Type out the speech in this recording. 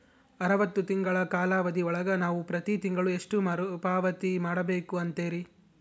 ಅರವತ್ತು ತಿಂಗಳ ಕಾಲಾವಧಿ ಒಳಗ ನಾವು ಪ್ರತಿ ತಿಂಗಳು ಎಷ್ಟು ಮರುಪಾವತಿ ಮಾಡಬೇಕು ಅಂತೇರಿ?